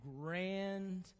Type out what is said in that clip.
grand